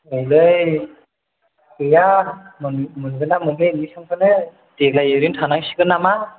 औलै गैया मोनगोनना मोनला एदमिसनखौनो देग्लाय ओरैनो थानांसिगोन नामा